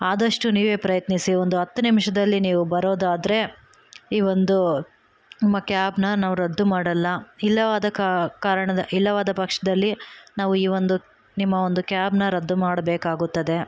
ಆದಷ್ಟು ನೀವೇ ಪ್ರಯತ್ನಿಸಿ ಒಂದು ಹತ್ತು ನಿಮಿಷದಲ್ಲಿ ನೀವು ಬರೋದಾದ್ರೆ ಈ ಒಂದು ನಿಮ್ಮ ಕ್ಯಾಬ್ನ ನಾವು ರದ್ದು ಮಾಡಲ್ಲ ಇಲ್ಲವಾದ ಕಾ ಕಾರಣ ಇಲ್ಲವಾದ ಪಕ್ಷದಲ್ಲಿ ನಾವು ಈ ಒಂದು ನಿಮ್ಮ ಕ್ಯಾಬ್ನ ರದ್ದು ಮಾಡಬೇಕಾಗುತ್ತದೆ